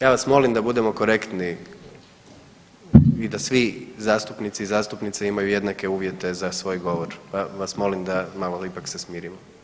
Ja vas molim da budemo korektni i da svi zastupnici i zastupnice imaju jednake uvjete za svoj govor, pa vas molim da se malo ipak smirimo.